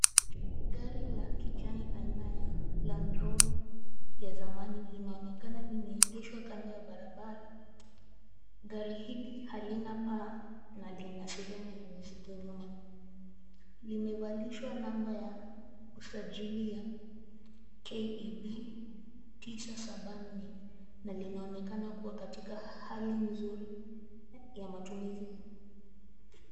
Gari la kijani aina ya Land Rover ya zamani, linaonekana limeegeshwa kando ya barabara. Gari hili halina paa na lina sehemu ya mizigo nyuma. Limevalishwa namba ya usajili ya KEB 974 na linaonekana kuwa katika hali mzuri ya matumizi.